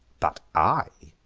but i,